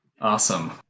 Awesome